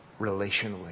relationally